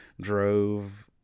drove